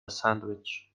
sandwich